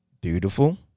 beautiful